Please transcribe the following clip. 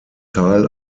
teil